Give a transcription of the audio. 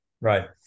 Right